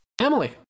Emily